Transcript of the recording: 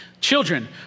Children